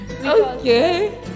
Okay